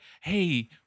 Hey